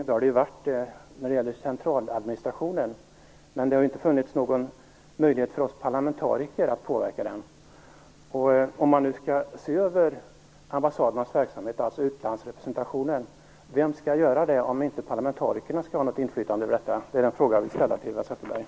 En sådan har genomförts när det gäller centraladministrationen, men det har inte funnits någon möjlighet för oss parlamentariker att påverka den. Om man nu skall se över ambassadernas verksamhet, alltså utlandsrepresentationen, vem skall göra det om inte parlamentarikerna skall ha något inflytande över detta? Det är den fråga som jag vill ställa till Eva